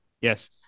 yes